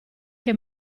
che